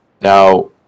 now